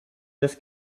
this